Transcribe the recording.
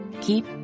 keep